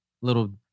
little